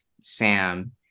Sam